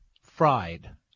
fried